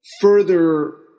further